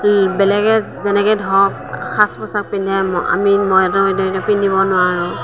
বেলেগে যেনেকৈ ধৰক সাজ পোছাক পিন্ধে আমি মইতো সেইটো পিন্ধিব নোৱাৰোঁ